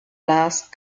last